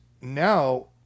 now